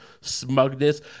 smugness